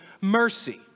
mercy